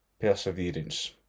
perseverance